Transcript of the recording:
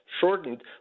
shortened